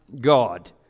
God